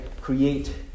Create